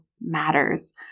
matters